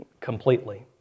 completely